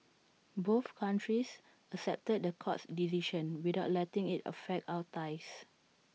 both countries accepted the court's decision without letting IT affect our ties